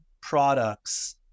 products